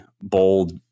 bold